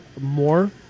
more